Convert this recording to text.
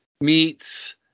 meets